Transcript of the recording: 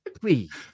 Please